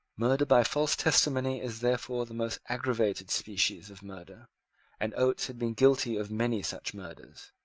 murder by false testimony is therefore the most aggravated species of murder and oates had been guilty of many such murders.